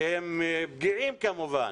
שהם כמובן פגיעים